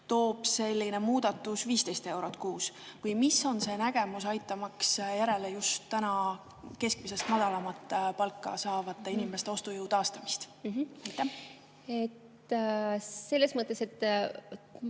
toob selline muudatus 15 eurot kuus. Või mis on see nägemus, aitamaks järele just keskmisest madalamat palka saavate inimeste ostujõu taastamist? Aitäh! Hea minister!